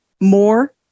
more